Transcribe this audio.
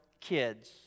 kids